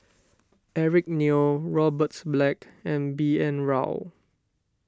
Eric Neo Robert Black and B N Rao